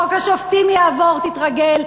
חוק השופטים יעבור, תתרגל.